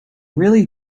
really